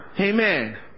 Amen